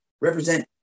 represent